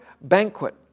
banquet